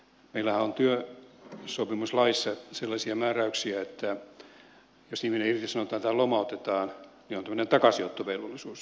meillähän on työsopimuslaissa sellaisia määräyksiä että jos ihminen irtisanotaan tai lomautetaan on tämmöinen takaisinottovelvollisuus